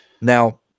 Now